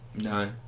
No